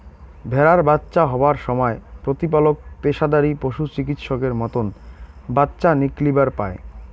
ভ্যাড়ার বাচ্চা হবার সমায় প্রতিপালক পেশাদারী পশুচিকিৎসকের মতন বাচ্চা নিকলিবার পায়